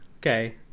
okay